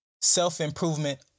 Self-improvement